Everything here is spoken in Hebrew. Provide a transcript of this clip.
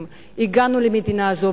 הגענו למדינה הזאת,